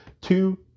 Two